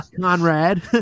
Conrad